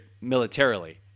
militarily